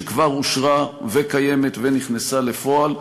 שכבר אושרה וקיימת ויצאה לפועל,